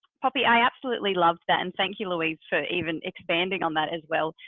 poppy, i absolutely loved that, and thank you, louise, for even expanding on that as well.